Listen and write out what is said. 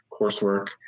coursework